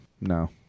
No